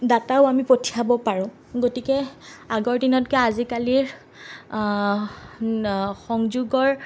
ডাটাও আমি পঠিয়াব পাৰোঁ গতিকে আগৰ দিনতকৈ আজিকালি সংযোগৰ